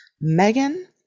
Megan